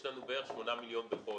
יש לנו בערך שמונה מיליון בחודש.